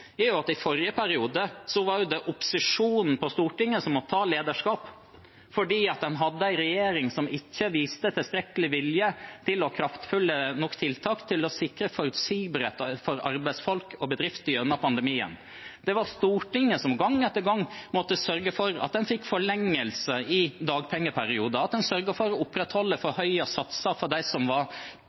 det jo opposisjonen på Stortinget som måtte ta lederskap, fordi en hadde en regjering som ikke viste tilstrekkelig vilje og kraftfulle nok tiltak til å sikre forutsigbarhet for arbeidsfolk og bedrifter gjennom pandemien. Det var Stortinget som gang etter gang måtte sørge for at en fikk forlengelse av dagpengeperioden, sørge for å opprettholde forhøyede satser for dem som var